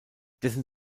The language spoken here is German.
dessen